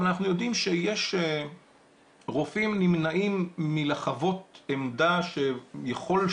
אבל אנחנו יודעים שיש רופאים שנמנעים מלחוות עמדה שיכולה